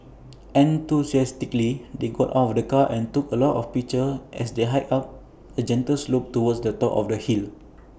enthusiastically they got out of the car and took A lot of pictures as they hiked up A gentle slope towards the top of the hill